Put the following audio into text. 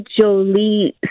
jolie